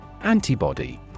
Antibody